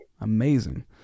Amazing